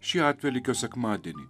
šį atvelykio sekmadienį